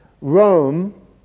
Rome